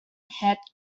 head